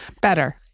Better